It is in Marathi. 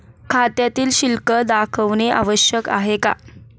खात्यातील शिल्लक दाखवणे आवश्यक आहे का?